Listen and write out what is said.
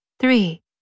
Three